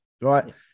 right